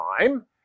time